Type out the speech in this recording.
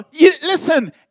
Listen